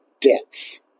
deaths